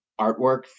artwork